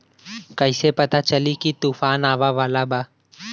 कइसे पता चली की तूफान आवा वाला बा?